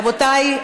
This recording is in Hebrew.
רבותי,